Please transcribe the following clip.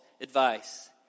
advice